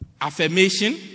Affirmation